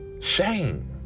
shame